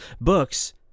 Books